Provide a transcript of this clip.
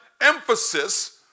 emphasis